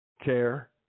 care